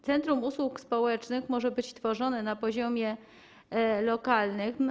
Centrum usług społecznych może być tworzone na poziomie lokalnym.